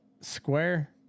square